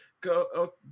go